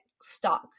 stuck